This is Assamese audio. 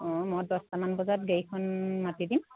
অঁ মই দহটামান বজাত গাড়ীখন মাতি দিম